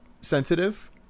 sensitive